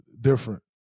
different